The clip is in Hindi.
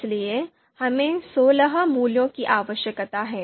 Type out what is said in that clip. इसलिए हमें सोलह मूल्यों की आवश्यकता है